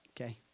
Okay